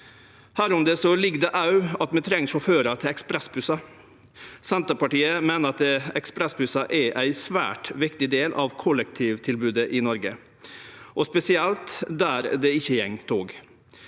Irekna her ligg det òg at vi treng sjåførar til ekspressbussar. Senterpartiet meiner ekspressbussar er ein svært viktig del av kollektivtilbodet i Noreg, spesielt der det ikkje går tog.